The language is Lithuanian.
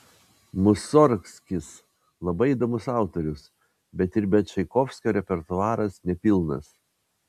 musorgskis labai įdomus autorius bet ir be čaikovskio repertuaras nepilnas